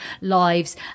lives